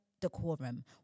decorum